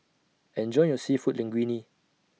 Enjoy your Seafood Linguine